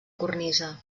cornisa